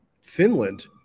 Finland